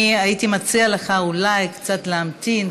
אני הייתי מציעה לך אולי קצת להמתין,